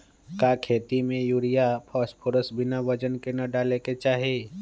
का खेती में यूरिया फास्फोरस बिना वजन के न डाले के चाहि?